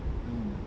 mm